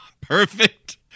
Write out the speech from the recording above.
perfect